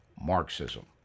Marxism